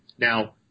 Now